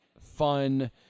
fun